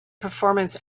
performance